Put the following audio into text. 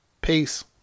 Peace